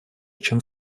чем